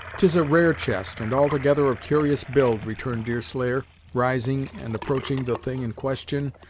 tis a rare chest, and altogether of curious build, returned deerslayer, rising and approaching the thing in question,